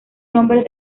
nombres